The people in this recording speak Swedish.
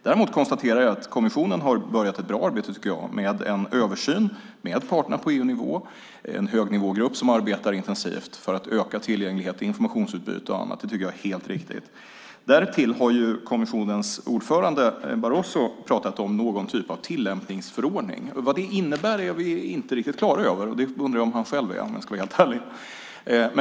Däremot konstaterar jag att kommissionen har börjat ett bra arbete med en översyn med parterna på EU-nivå. Det är en högnivågrupp som arbetar intensivt för att öka tillgänglighet, informationsutbyte och så vidare. Det är helt riktigt. Därtill har kommissionens ordförande Barroso pratat om någon typ av tillämpningsförordning. Vad det innebär är vi inte riktigt klara över. Det undrar jag om han själv är, om jag ska vara helt ärlig.